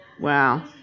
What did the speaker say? Wow